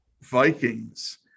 Vikings